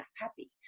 happy